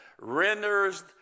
renders